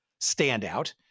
standout